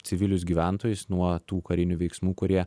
civilius gyventojus nuo tų karinių veiksmų kurie